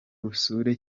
usure